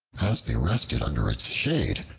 as they rested under its shade,